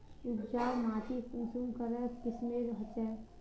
उपजाऊ माटी कुंसम करे किस्मेर होचए?